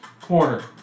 corner